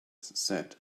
said